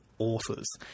authors